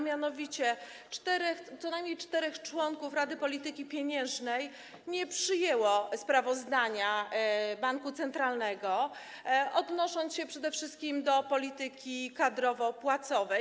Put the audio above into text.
Mianowicie co najmniej czterech członków Rady Polityki Pieniężnej nie przyjęło sprawozdania banku centralnego, odnosząc się przede wszystkim do polityki kadrowo-płacowej.